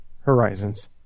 Horizons